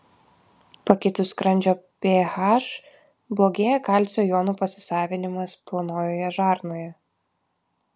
pakitus skrandžio ph blogėja kalcio jonų pasisavinimas plonojoje žarnoje